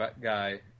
guy